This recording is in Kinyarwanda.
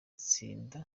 batsinda